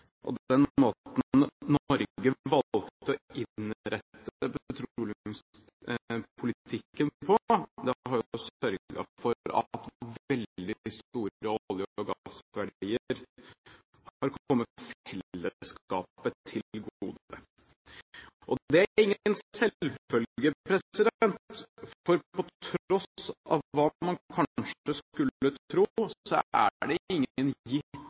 Den måten Norge valgte å innrette petroleumspolitikken på, har sørget for at veldig store olje- og gassverdier har kommet fellesskapet til gode. Det er ingen selvfølge. For på tross av hva man kanskje skulle tro, er det